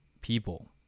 people